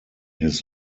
his